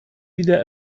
wieder